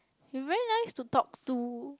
you very nice to talk to